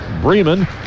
Bremen